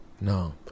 No